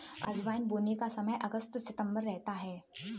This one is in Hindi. अजवाइन को बोने का समय अगस्त सितंबर रहता है